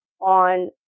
on